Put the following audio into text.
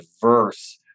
diverse